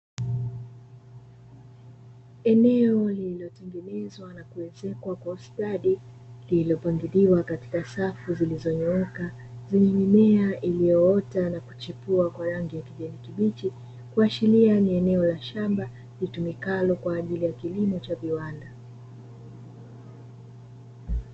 Eneo lililotengenezwa na kuezekwa kwa ustadi, lililopangiliwa katika safu zilizonyooka zenye mimea iliyoota na kuchipua kwa rangi ya kijani kibichi, kuashiria ni eneo la shamba litumikalo kwa ajili ya kilimo cha viwanda.